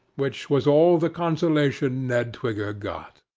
which was all the consolation ned twigger got.